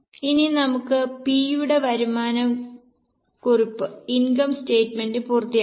ഇനി നമുക്ക് P യുടെ വരുമാന കുറിപ്പ് പൂർത്തിയാക്കാം